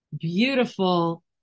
beautiful